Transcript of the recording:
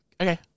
okay